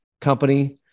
company